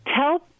tell